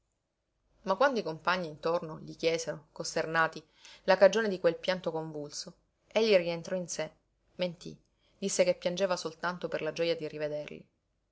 ma quando i compagni intorno gli chiesero costernati la cagione di quel pianto convulso egli rientrò in sé mentí disse che piangeva soltanto per la gioja di rivederli